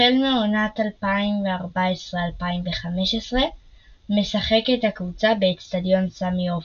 החל מעונת 2014/2015 משחקת הקבוצה באצטדיון סמי עופר.